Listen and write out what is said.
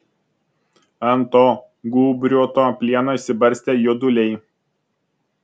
ant to gūbriuoto plieno išsibarstę juoduliai